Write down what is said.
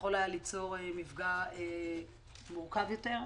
ויכול היה ליצור מפגע מורכב יותר.